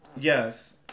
Yes